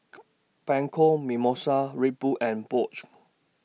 Bianco Mimosa Red Bull and Bosch